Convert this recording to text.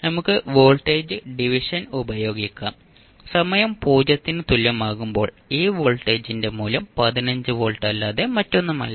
നമുക്ക് voltage division ഉപയോഗിക്കാം സമയം 0 ന് തുല്യമാകുമ്പോൾ ഈ വോൾട്ടേജിന്റെ മൂല്യം 15 വോൾട്ട് അല്ലാതെ മറ്റൊന്നുമല്ല